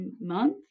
month